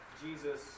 Jesus